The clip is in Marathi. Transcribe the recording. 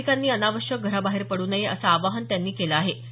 नागरिकांनी अनावश्यक घराबाहेर पडू नये असं आवाहन त्यांनी केलं आहे